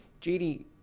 JD